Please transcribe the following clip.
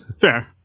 fair